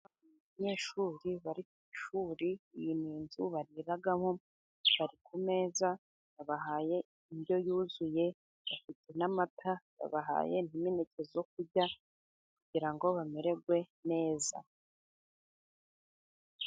Abanyeshuri bari ku ishuri. Iyi ni inzu bariramo, bari ku meza babahaye indyo yuzuye, bafite n'amata babahaye n'imereke yo kurya, kugira ngo bamererwe neza.